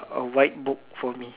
a white book for me